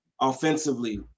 offensively